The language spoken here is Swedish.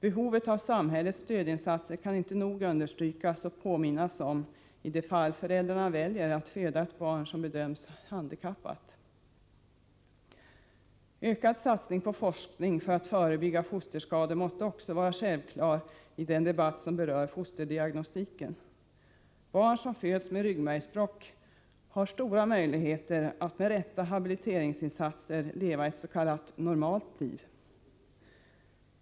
Behovet av samhällets stödinsatser i de fall föräldrarna väljer att föda ett barn som bedöms handikappat kan inte nog understrykas och påminnas om. En ökad satsning på forskning för att förebygga fosterskador måste också vara självklar i den debatt som berör fosterdiagnostiken. Barn som föds med ryggmärgsbråck har med rätta habiliteringsinsatser stora möjligheter att leva ett s.k. normalt liv.